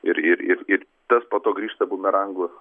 ir ir ir ir tas po to grįžta bumerangu